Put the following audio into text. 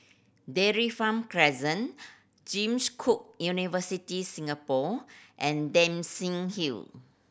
Dairy Farm Crescent James Cook University Singapore and Dempsey Hill